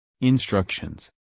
Instructions